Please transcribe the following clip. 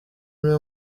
niwe